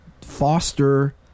foster